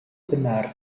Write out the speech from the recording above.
benar